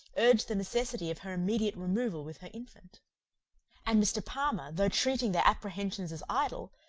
urged the necessity of her immediate removal with her infant and mr. palmer, though treating their apprehensions as idle,